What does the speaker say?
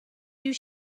you